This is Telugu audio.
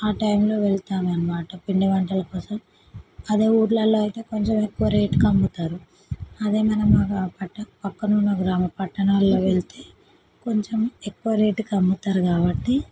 ఆ టైంలో వెళతాము అన్నమాట పిండివంటల కోసం అదే ఊళ్ళలో అయితే కొంచెం ఎక్కువ రేట్కి అమ్ముతారు అదే మనం గ్రామ ప్రక్కనున్న గ్రామ పట్టణాల్లో వెళితే కొంచెం ఎక్కువ రేట్కి అమ్ముతారు కాబట్టి